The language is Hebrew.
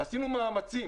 עשינו מאמצים.